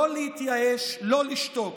לא להתייאש, לא לשתוק.